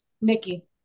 Nikki